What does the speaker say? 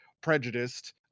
prejudiced